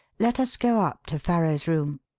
let us go up to farrow's room.